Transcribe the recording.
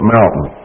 Mountain